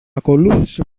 ακολούθησε